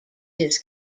his